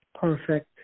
perfect